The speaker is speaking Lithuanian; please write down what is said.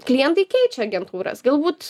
klientai keičia agentūras galbūt